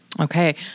Okay